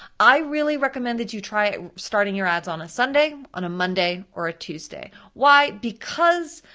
i really recommend that you try starting your ads on a sunday, on a monday, or a tuesday. why? because